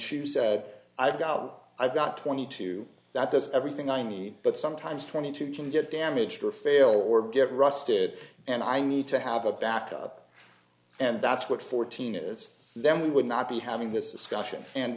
chew said i doubt i've got twenty two that does everything i need but sometimes twenty two can get damaged or fail or get rusted and i need to have a backup and that's what fourteen is then we would not be having this discussion and